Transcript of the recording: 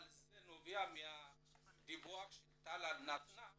אבל זה נובע מהדיווח שטלל נתנה